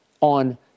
on